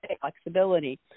flexibility